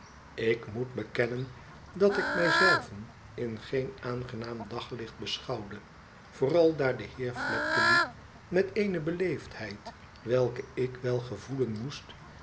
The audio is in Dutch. ik moet bekennen dat ik mij zelven in geen aangenaam daglicht beschouwde vooral daar de heer fledgeby met eene beleefdheid welke ik wel gevoelen moest